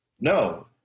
No